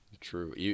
true